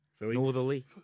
Northerly